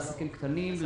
לעסקים קטנים,